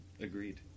Agreed